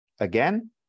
Again